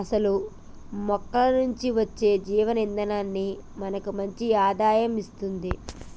అసలు మొక్కల నుంచి అచ్చే జీవ ఇందనాన్ని మనకి మంచి ఆదాయం ఇస్తుంది